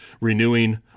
renewing